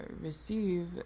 receive